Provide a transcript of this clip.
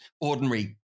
ordinary